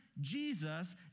Jesus